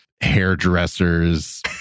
hairdressers